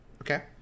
Okay